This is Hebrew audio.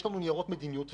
יש לנו ניירות מדיניות,